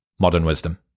modernwisdom